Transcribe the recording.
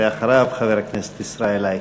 ואחריו חבר הכנסת ישראל אייכלר.